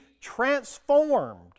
transformed